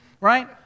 right